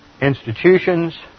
institutions